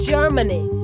Germany